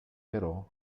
però